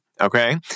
okay